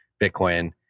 Bitcoin